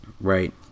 Right